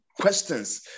questions